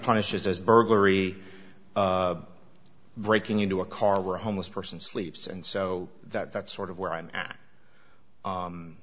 punishes as burglary breaking into a car were homeless person sleeps and so that's sort of where i'm